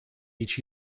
each